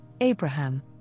Abraham